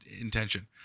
intention